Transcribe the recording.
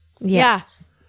Yes